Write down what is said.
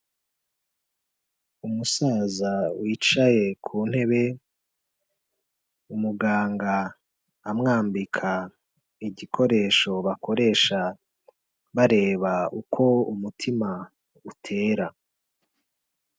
Umusaza wicaye ku ntebe, umuganga amwambika igikoresho bakoresha bareba uko umutima utera.